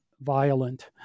violent